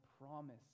promise